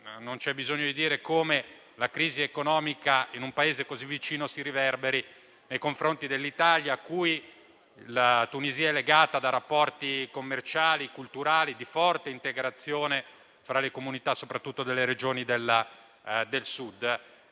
non c'è bisogno di dire come la crisi economica in un Paese così vicino si riverberi nei confronti dell'Italia, cui la Tunisia è legata da rapporti commerciali e culturali di forte integrazione, soprattutto tra le comunità delle Regioni del Sud.